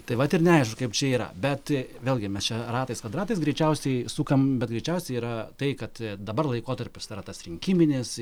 tai vat ir neaišku kaip čia yra bet vėlgi mes čia ratais kvadratais greičiausiai sukam bet greičiausiai yra tai kad dabar laikotarpis tai yra tas rinkiminis